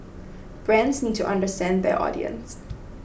brands need to understand their audience